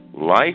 Life